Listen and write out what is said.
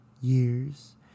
years